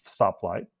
stoplight